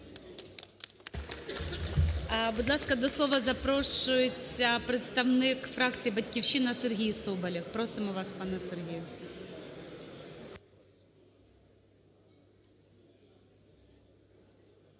Будь ласка, до слова запрошується представник фракції "Батьківщина", Сергій Соболєв. Просимо вас пане Сергію.